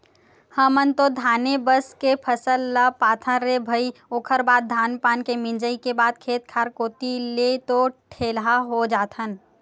हमन तो धाने बस के फसल ले पाथन रे भई ओखर बाद धान पान के मिंजई के बाद खेत खार कोती ले तो ठेलहा हो जाथन